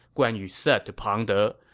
guan yu said to pang de.